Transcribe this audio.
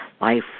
life